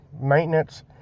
maintenance